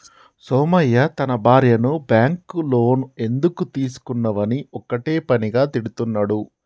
సోమయ్య తన భార్యను bank loan ఎందుకు తీసుకున్నవని ఒక్కటే పనిగా తిడుతున్నడు